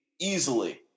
easily